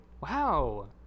wow